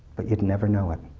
but you'd never know it.